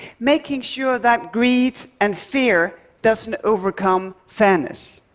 making sure that greed and fear doesn't overcome fairness.